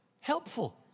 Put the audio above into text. Helpful